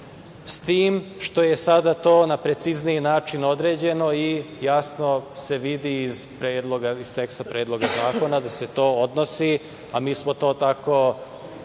s tim što je sada to na precizniji način određeno i jasno se vidi iz teksta Predloga zakona da se to odnosi, a mi smo to tako